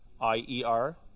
I-E-R